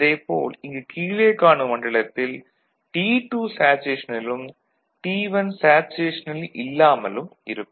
அதே போல் இங்கு கீழே காணும் மண்டலத்தில் T2 சேச்சுரேஷனிலும் T1 சேச்சுரேஷனில் இல்லாமலும் இருக்கும்